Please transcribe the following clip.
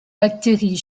bactéries